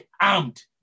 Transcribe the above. armed